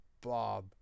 Bob